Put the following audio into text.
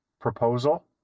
proposal